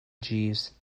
jeeves